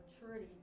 maturity